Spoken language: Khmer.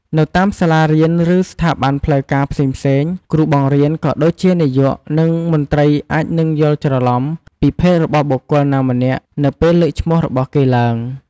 នៅតាមសាលារៀន ឬ ស្ថាប័នផ្លូវការផ្សេងៗ គ្រូបង្រៀន ក៏ដូចជា នាយក និងមន្ត្រីអាចនឹងយល់ច្រឡំពីភេទរបស់បុគ្គលណាម្នាក់នៅពេលលើកឈ្មោះរបស់គេឡើង។